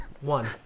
One